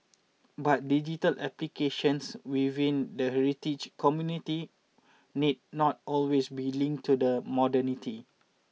but digital applications within the heritage community need not always be linked to the modernity